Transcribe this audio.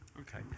Okay